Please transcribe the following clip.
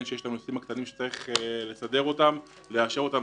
יש את הנושאים הקטנים שצריך לסדר אותם ולאשר אותם,